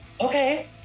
Okay